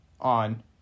on